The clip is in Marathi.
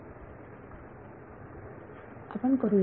विद्यार्थी आपण करूया